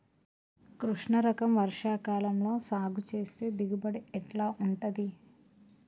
కృష్ణ రకం వర్ష కాలం లో సాగు చేస్తే దిగుబడి ఎట్లా ఉంటది?